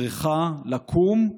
צריכה לקום,